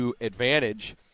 advantage